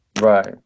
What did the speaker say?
Right